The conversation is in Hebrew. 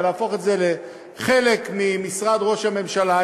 ולהפוך את זה לחלק ממשרד ראש הממשלה,